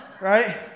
Right